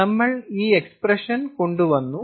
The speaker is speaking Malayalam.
നമ്മൾ ഈ എക്സ്പ്രഷൻ കൊണ്ടുവന്നു